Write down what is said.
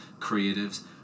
creatives